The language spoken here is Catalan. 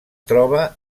troba